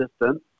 distance